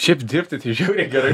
šiaip dirbti tai žiūriai gerai